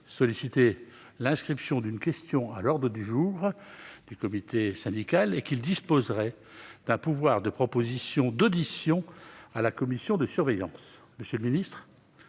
solliciter l'inscription d'une question à l'ordre du jour du comité syndical et qu'il disposerait d'un pouvoir de proposition d'audition à la commission de surveillance. Monsieur le ministre,